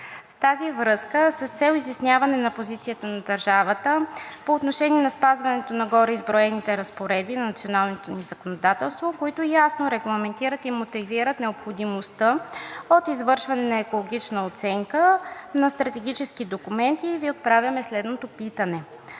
тази връзка с цел изясняване на позицията на държавата по отношение на спазването на гореизброените разпоредби на националното ни законодателство, които ясно регламентират и мотивират необходимостта от извършване на екологична оценка на стратегически документи, Ви отправяме следното питане: